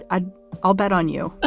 ah i'll bet on you. ah